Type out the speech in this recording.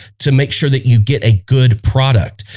to make sure that you get a good product.